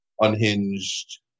unhinged